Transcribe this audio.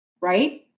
right